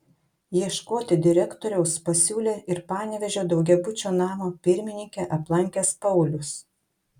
ieškoti direktoriaus pasiūlė ir panevėžio daugiabučio namo pirmininkę aplankęs paulius